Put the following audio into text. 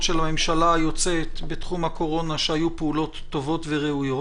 של הממשלה היוצאת בתחום הקורונה שהיו פעולות טובות וראויות